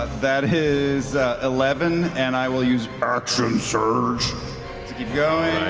that is eleven and i will use action surge to keep going.